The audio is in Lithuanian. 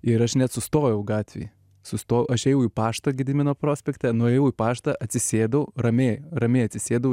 ir aš net sustojau gatvėj sustojau aš ėjau į paštą gedimino prospekte nuėjau į paštą atsisėdau ramiai ramiai atsisėdau